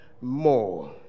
more